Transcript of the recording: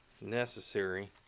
necessary